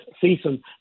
season